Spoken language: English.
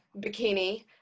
bikini